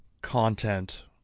content